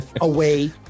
away